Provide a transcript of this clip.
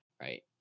right